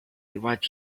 what